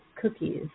cookies